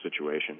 situation